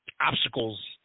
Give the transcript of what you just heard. obstacles